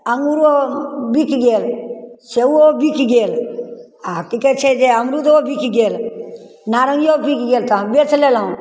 अङ्गूरो बिकि गेल सेबो बिकि गेल आओर कि कहै छै जे अमरुदो बिकि गेल नारङ्गिओ बिकि गेल तऽ हम बेचि लेलहुँ